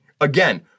again